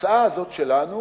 ההצעה הזאת שלנו